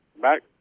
back